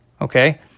okay